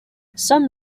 some